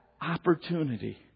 opportunity